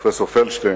פרופסור פלדשטיין,